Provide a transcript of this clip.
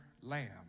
lamb